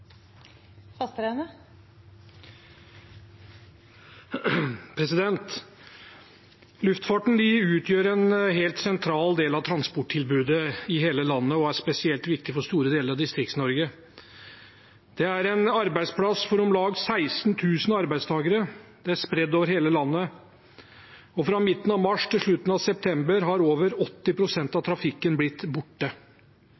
spesielt viktig for store deler av Distrikts-Norge. Det er en arbeidsplass for om lag 16 000 arbeidstakere, det er spredt over hele landet, og fra midten av mars til slutten av september har over 80 pst. av